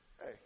hey